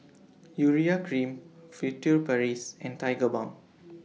Urea Cream Furtere Paris and Tigerbalm